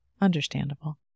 Understandable